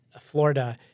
Florida